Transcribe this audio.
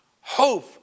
hope